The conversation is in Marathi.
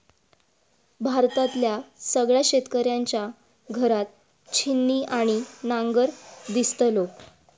भारतातल्या सगळ्या शेतकऱ्यांच्या घरात छिन्नी आणि नांगर दिसतलो